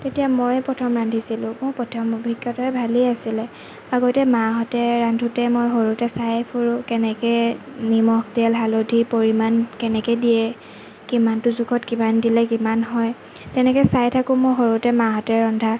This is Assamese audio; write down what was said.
তেতিয়া ময়ে প্ৰথম ৰান্ধিছিলোঁ মোৰ প্ৰথম অভিজ্ঞতা ভালেই আছিলে আগতে মাহতে ৰান্ধোতে মই সৰুতে চাই ফুৰোঁ কেনেকৈ নিমখ তেল হালধিৰ পৰিমাণ কেনেকৈ দিয়ে কিমানতো জোখত কিমান দিলে কিমান হয় তেনেকৈ চাই থাকোঁ মই সৰুতে মাহঁতে ৰন্ধা